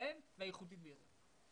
והאיכותית ביותר של מדינת ישראל.